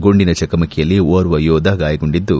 ಗುಂಡಿನ ಚಕಮಕಿಯಲ್ಲಿ ಓರ್ವ ಯೋಧ ಗಾಯಗೊಂಡಿದ್ದು